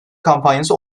kampanyası